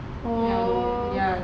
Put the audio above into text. oh